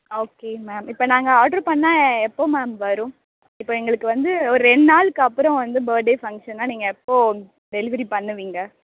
okay ma'am இப்போ நாங்கள் order பண்ணால் எப்போது மேம் வரும் இப்போ எங்களுக்கு வந்து ஒரு ரெண்டு நாளுக்கு அப்புறம் வந்து பர்த்டே ஃபங்க்ஷன்னா நீங்கள் எப்போது டெலிவரி பண்ணுவீங்க